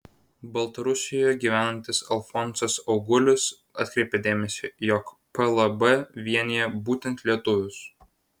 baltarusijoje gyvenantis alfonsas augulis atkreipė dėmesį jog plb vienija būtent lietuvius